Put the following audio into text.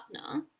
partner